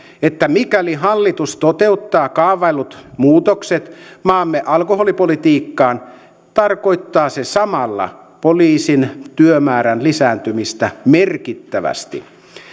että mikäli hallitus toteuttaa kaavaillut muutokset maamme alkoholipolitiikkaan tarkoittaa se samalla poliisin työmäärän lisääntymistä merkittävästi